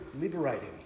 liberating